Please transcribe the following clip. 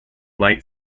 light